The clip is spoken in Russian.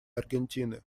аргентины